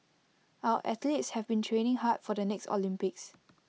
our athletes have been training hard for the next Olympics